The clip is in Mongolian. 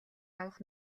авах